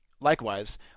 Likewise